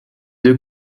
deux